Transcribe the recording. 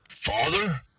Father